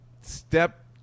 step